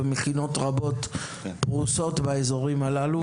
ומכינות רבות פרוסות באזורים הללו.